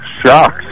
shocked